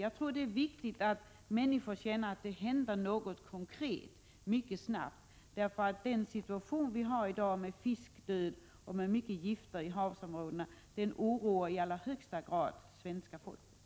Jag tror att det är viktigt att människor känner att det händer något konkret mycket snabbt, eftersom den situation vi har i dag med fiskdöd och mycket gifter i havsområdena i allra högsta grad oroar svenska folket.